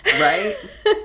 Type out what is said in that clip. right